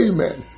Amen